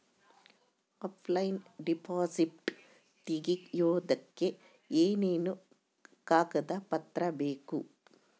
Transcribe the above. Offline deposit ತೆಗಿಯೋದಕ್ಕೆ ಏನೇನು ಕಾಗದ ಪತ್ರ ಬೇಕು?